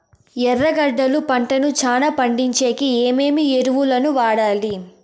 ఎర్రగడ్డలు పంటను చానా పండించేకి ఏమేమి ఎరువులని వాడాలి?